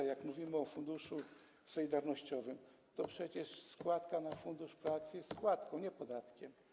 Jak mówimy o funduszu solidarnościowym, to przecież składka na Fundusz Pracy jest składką, nie podatkiem.